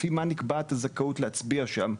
לפי מה נקבעת הזכאות להצביע שם?